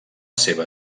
seva